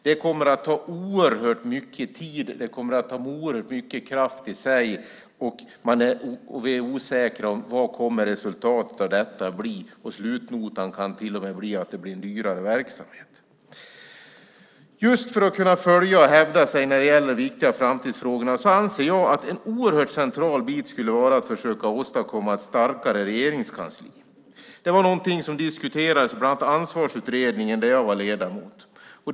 Det kommer att ta oerhört mycket tid och oerhört mycket kraft i sig, och vi är osäkra om vad resultatet av detta kommer att bli. Slutnotan kan till och med bli att verksamheten blir dyrare. Just för att kunna följa och hävda sig när det gäller de viktiga framtidsfrågorna anser jag att en oerhört central bit skulle vara att försöka åstadkomma ett starkare regeringskansli. Det var någonting som diskuterades bland annat i Ansvarsutredningen, där jag var ledamot.